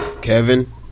Kevin